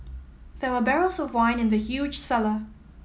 there were barrels of wine in the huge cellar